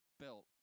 belt